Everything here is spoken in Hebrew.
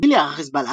במקביל ירה חזבאללה